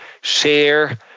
share